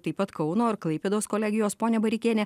taip pat kauno ir klaipėdos kolegijos ponia bareikiene